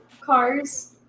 cars